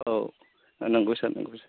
औ नंगौ सार नंगौ